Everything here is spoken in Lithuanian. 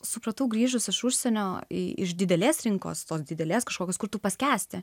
supratau grįžus iš užsienio iš didelės rinkos tos didelės kažkokios kur tu paskęsti